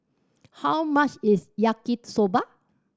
how much is Yaki Soba